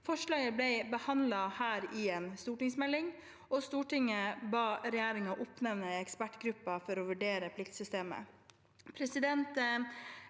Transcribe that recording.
Forslaget ble behandlet her i en stortingsmelding, og Stortinget ba regjeringen oppnevne en ekspertgruppe for å vurdere pliktsystemet.